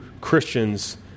Christians